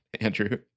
Andrew